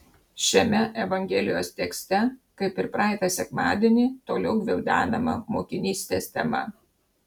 šiame evangelijos tekste kaip ir praeitą sekmadienį toliau gvildenama mokinystės tema